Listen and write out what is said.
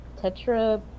Tetra